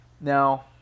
Now